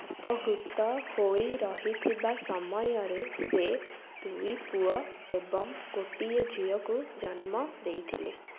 ଅପହୃତ ହୋଇ ରହିଥିବା ସମୟରେ ସେ ଦୁଇ ପୁଅ ଏବଂ ଗୋଟିଏ ଝିଅକୁ ଜନ୍ମ ଦେଇଥିଲେ